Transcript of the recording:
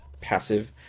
passive